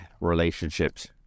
relationships